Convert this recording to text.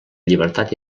llibertat